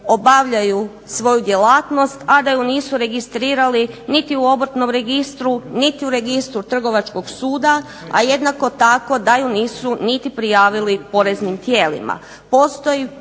obavljaju svoju djelatnost, a da ju nisu registrirali niti u obrtnom registru, niti u registru trgovačkog suda, a jednako tako da ju nisu niti prijavili poreznim tijelima.